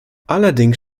allerdings